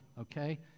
okay